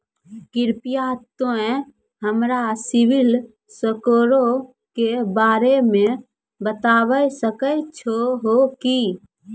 कृपया तोंय हमरा सिविल स्कोरो के बारे मे बताबै सकै छहो कि?